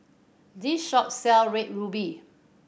this shop sells Red Ruby